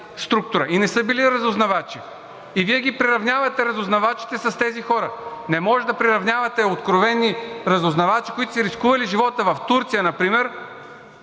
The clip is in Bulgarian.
структура, и не са били разузнавачи. И Вие ги приравнявате разузнавачите с тези хора. Не може да приравнявате откровени разузнавачи, които са рискували живота си в Турция например,